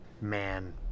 Man